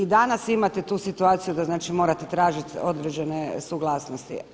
I danas imate tu situaciju da znači morate tražiti određene suglasnosti.